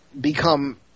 become